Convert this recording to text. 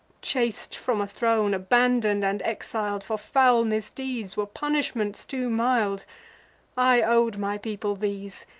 chas'd from a throne, abandon'd, and exil'd for foul misdeeds, were punishments too mild i ow'd my people these,